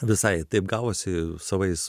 visai taip gavosi savais